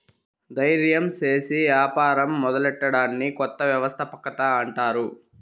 దయిర్యం సేసి యాపారం మొదలెట్టడాన్ని కొత్త వ్యవస్థాపకత అంటారు